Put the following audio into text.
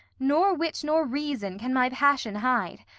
nor wit nor reason can my passion hide.